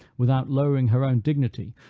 without lowering her own dignity,